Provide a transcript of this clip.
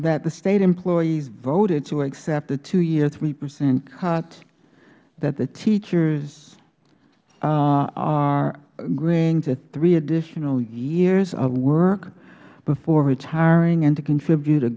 that the state employees voted to accept the two year three percent cut that the teachers are agreeing to three additional years of work before retiring and to contribute a